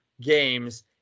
games